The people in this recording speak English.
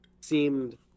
seemed